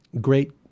great